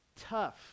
Tough